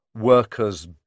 workers